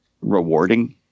rewarding